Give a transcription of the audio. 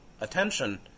attention